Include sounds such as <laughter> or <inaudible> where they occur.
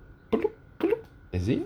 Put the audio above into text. <noise> is it